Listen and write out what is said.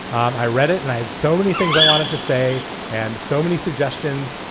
um i read it and i had so many things i wanted to say and so many suggestions.